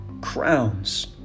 crowns